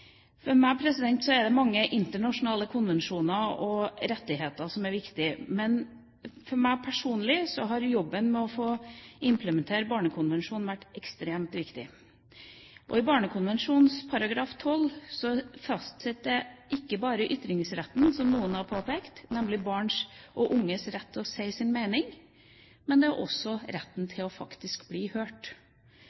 For meg er det mange internasjonale konvensjoner og rettigheter som er viktige, men for meg personlig har jobben med å implementere Barnekonvensjonen vært ekstremt viktig. I Barnekonvensjonens artikkel 12 fastsettes ikke bare ytringsretten, som noen har påpekt – nemlig barns og unges rett til å si sin mening – men også retten